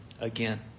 again